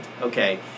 okay